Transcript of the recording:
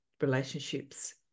relationships